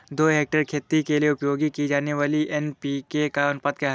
दो हेक्टेयर खेती के लिए उपयोग की जाने वाली एन.पी.के का अनुपात क्या है?